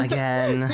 Again